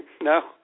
No